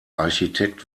architekt